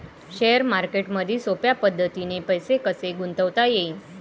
Share मार्केटमधी सोप्या पद्धतीने पैसे कसे गुंतवता येईन?